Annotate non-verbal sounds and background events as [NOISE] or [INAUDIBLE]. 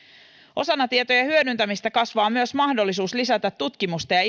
osana tietojen hyödyntämistä kasvaa myös mahdollisuus lisätä tutkimusta ja [UNINTELLIGIBLE]